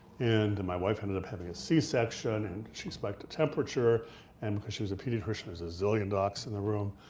and my wife ended up having a c-section and she spiked a temperature and, because she was a pediatrician, there's a zillion docs in the room,